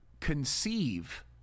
conceive